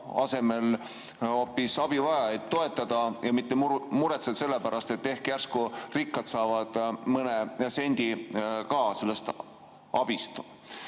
hoopis abivajajaid toetada ja mitte muretseda sellepärast, et järsku rikkad saavad ka mõne sendi sellest abist.